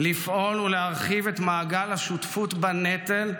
לפעול ולהרחיב את מעגל השותפות בנטל,